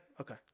Okay